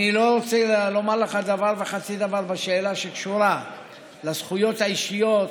אני לא רוצה לומר לך דבר וחצי דבר בשאלה שקשורה לזכויות האישיות,